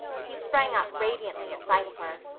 he sprang up radiantly at sight of her.